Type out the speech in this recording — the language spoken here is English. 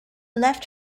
left